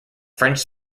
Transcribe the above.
french